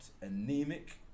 anemic